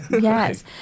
Yes